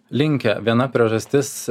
linkę viena priežastis